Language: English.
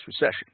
recession